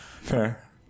fair